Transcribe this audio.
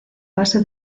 base